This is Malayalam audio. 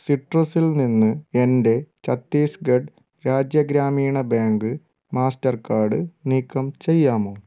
സിട്രസിൽ നിന്ന് എൻ്റെ ഛത്തീസ്ഗഡ് രാജ്യ ഗ്രാമീണ ബാങ്ക് മാസ്റ്റർകാർഡ് നീക്കം ചെയ്യാമോ